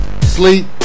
Sleep